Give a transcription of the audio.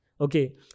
okay